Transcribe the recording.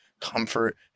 comfort